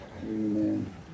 Amen